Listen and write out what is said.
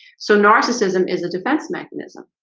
so narcissism is a defense mechanism.